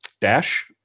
Dash